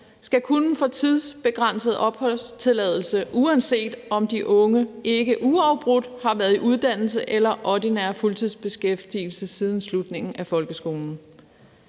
skal kunne få tidsbegrænset opholdstilladelse, uanset om de unge ikke uafbrudt har været i uddannelse eller ordinær fuldtidsbeskæftigelse siden slutningen af folkeskolen.